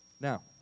Now